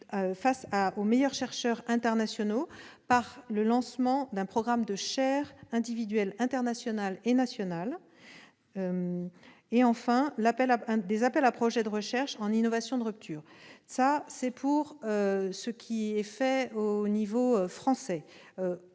des meilleurs chercheurs internationaux par le lancement d'un programme de chaires individuelles internationales et nationales. Enfin, des appels à projets de recherche en innovation de rupture seront lancés. Voilà ce qui sera fait au niveau français,